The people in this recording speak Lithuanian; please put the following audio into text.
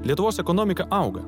lietuvos ekonomika auga